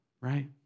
right